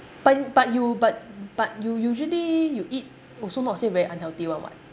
but but you but but you usually you eat also not say very unhealthy [one] [what]